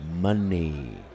money